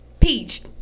Peach